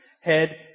head